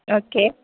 okay